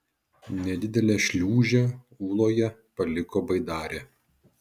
nedidelę šliūžę ūloje paliko baidarė